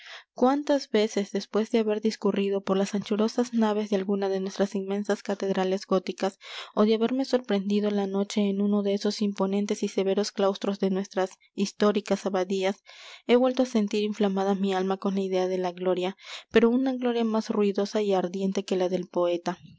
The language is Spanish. cuántas veces después de haber discurrido por las anchurosas naves de alguna de nuestras inmensas catedrales góticas ó de haberme sorprendido la noche en uno de esos imponentes y severos claustros de nuestras históricas abadías he vuelto á sentir inflamada mi alma con la idea de la gloria pero una gloria más ruidosa y ardiente que la del poeta